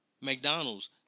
McDonald's